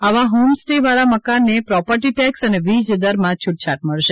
આવા હોમ સ્ટેવાળા મકાનને પ્રોપર્ટી ટેક્સ અને વીજ દરમાં છૂટછાટ મળશે